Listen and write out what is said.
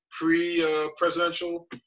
pre-presidential